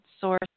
source